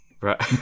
right